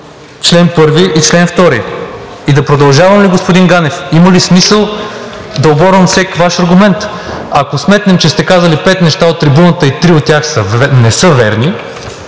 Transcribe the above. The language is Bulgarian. чл. 1 и чл. 2. Да продължавам ли, господин Ганев, има ли смисъл да оборвам всеки Ваш аргумент?! Ако сметнем, че сте казали пет неща от трибуната и три от тях не са верни,